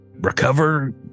recover